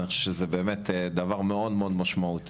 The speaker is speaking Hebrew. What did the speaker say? אני חושב שזה דבר מאוד משמעותי.